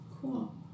cool